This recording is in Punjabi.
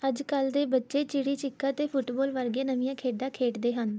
ਅੱਜ ਕੱਲ੍ਹ ਦੇ ਬੱਚੇ ਚਿੜੀ ਛਿੱਕਾ ਅਤੇ ਫੁੱਟਬੋਲ ਵਰਗੀਆਂ ਨਵੀਆਂ ਖੇਡਾਂ ਖੇਡਦੇ ਹਨ